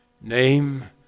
name